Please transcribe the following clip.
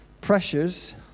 pressures